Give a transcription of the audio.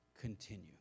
Continue